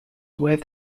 with